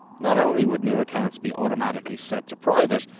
not only would new accounts be automatically set to private,